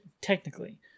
technically